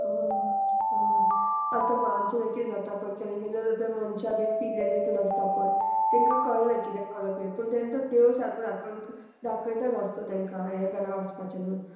आं आं आतां आमचें थंय कितें जाता पळय केन्ना केन्ना जाता मनशां बीन पिलेले हितून आसता पळय तांकां कळना किद्याक करप ये पूण तें तो देव सारको राखण दाखयता आसतलो तांकां हें घरा वचपाचें म्हणून